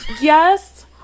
Yes